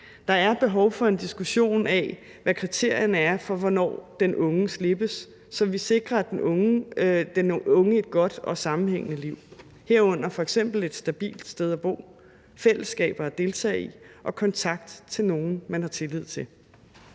Der er behov for en diskussion af, hvad kriterierne er for, hvornår den unge slippes, så vi sikrer den unge et godt og sammenhængende liv, herunder f.eks. et stabilt sted at bo, fællesskaber at deltage i og kontakt til nogen, man har tillid til.